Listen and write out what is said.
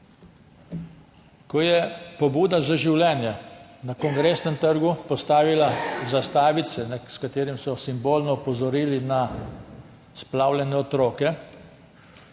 Ko je Pohod za življenje na Kongresnem trgu postavil zastavice, s katerimi so simbolno opozorili na splavljene otroke,